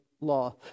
law